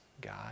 God